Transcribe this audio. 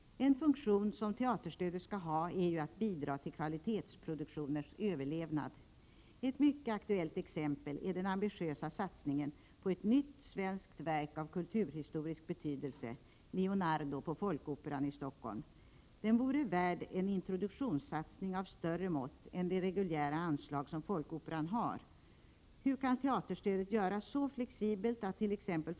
En funktion som teaterstödet skall ha är ju att bidra till kvalitetsproduktioners överlevnad. Ett mycket aktuellt exempel är den ambitiösa satsningen på ett nytt svenskt verk av kulturhistorisk betydelse, Lionardo, på Folkoperan i Stockholm. Detta verk vore värt en introduktionssatsning av större mått än det reguljära anslag som Folkoperan har. Hur kan teaterstödet göras så flexibelt attt.ex.